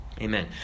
Amen